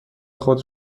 خود